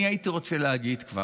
אני הייתי רוצה להגיד כבר: